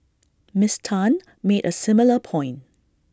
miss Tan made A similar point